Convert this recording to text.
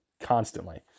constantly